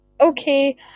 Okay